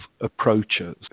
approaches